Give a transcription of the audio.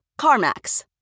CarMax